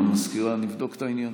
המזכירה, אנחנו נבדוק את העניין.